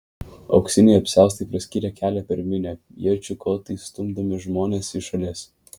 auksiniai apsiaustai praskyrė kelią per minią iečių kotais stumdami žmones į šalis